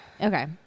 Okay